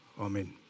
Amen